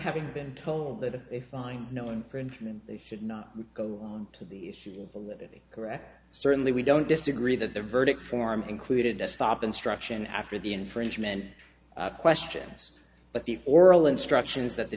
having been told that if they find no infringement they should not go on to the issue of a living correct certainly we don't disagree that the verdict form included a stop instruction after the infringement questions but the oral instructions that the